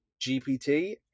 gpt